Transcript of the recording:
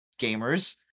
gamers